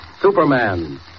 Superman